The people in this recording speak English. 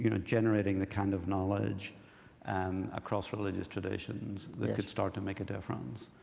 you know generating the kind of knowledge um across religious traditions that could start to make a difference.